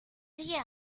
dear